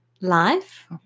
life